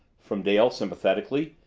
from dale sympathetically.